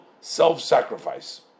self-sacrifice